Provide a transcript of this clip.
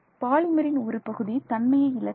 பாலிமரின் ஒரு பகுதி தன்மையை இழக்கிறது